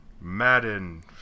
Madden